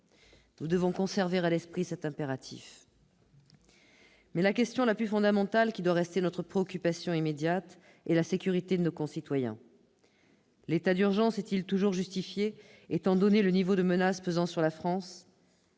Nous devons conserver à l'esprit cet impératif. Mais la question la plus fondamentale, qui doit rester notre préoccupation immédiate, est la sécurité de nos concitoyens : l'état d'urgence est-il toujours justifié, étant donné le niveau de menace pesant sur le France ?